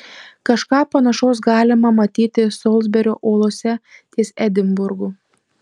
kažką panašaus galima matyti solsberio uolose ties edinburgu